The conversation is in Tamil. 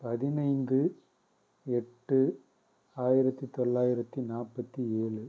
பதினைந்து எட்டு ஆயிரத்தி தொள்ளாயிரத்தி நாற்பத்தி ஏழு